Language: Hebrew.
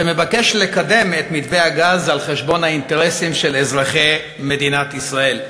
שמבקש לקדם את מתווה הגז על חשבון האינטרסים של אזרחי מדינת ישראל.